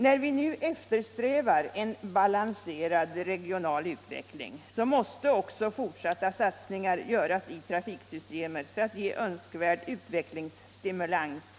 När vi nu eftersträvar en balanserad regional utveckling måste också fortsatta satsningar göras i trafiksystemet för att ge önskvärd utvecklingsstimulans